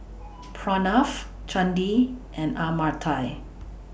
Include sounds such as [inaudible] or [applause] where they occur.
[noise] Pranav Chandi and Amartya